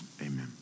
amen